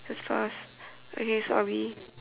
that's fast okay so are we